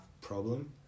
problem